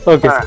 Okay